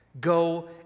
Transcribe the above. Go